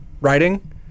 writing